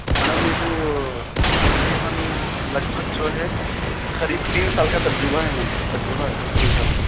madam میرے کو تخریباً لگ بھگ جو ہے قریب تین سال کا ترجبہ ہے میڈم تجربہ ہے تین سال کا